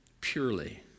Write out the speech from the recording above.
purely